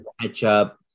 ketchup